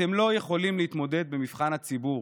אתם לא יכולים להתמודד במבחן הציבור.